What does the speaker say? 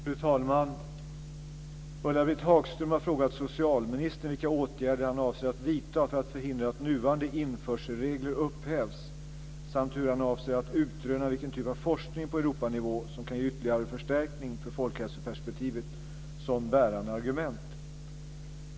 Fru talman! Ulla-Britt Hagström har frågat socialministern vilka åtgärder han avser att vidta för att förhindra att nuvarande införselregler upphävs samt hur han avser att utröna vilken typ av forskning på Europanivå som kan ge ytterligare förstärkning för folkhälsoperspektivet som bärande argument.